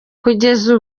kugeza